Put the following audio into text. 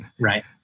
right